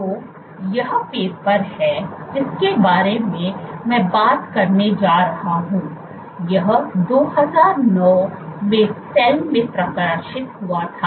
तो यह वह पेपर है जिसके बारे में मैं बात करने जा रहा हूं यह 2009 में Cell में प्रकाशित हुआ था